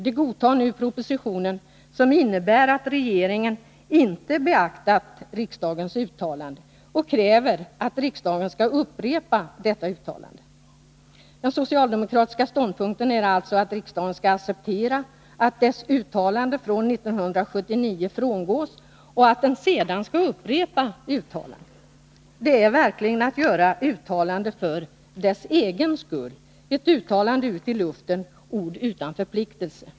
De godtar nu propositionen, som innebär att regeringen inte har beaktat riksdagens uttalande, och kräver att riksdagen skall upprepa detta uttalande. Den socialdemokratiska ståndpunkten är alltså att riksdagen skall acceptera att dess uttalande från 1979 frångås och att den sedan skall upprepa uttalandet. Det är verkligen att göra ett uttalande för dess egen skull — ett uttalande ut i luften, ord utan förpliktelse.